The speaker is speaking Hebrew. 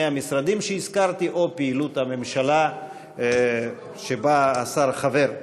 המשרדים שהזכרתי או לפעילות הממשלה שבה השר חבר.